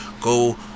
go